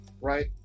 right